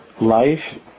life